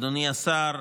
אדוני השר,